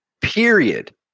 period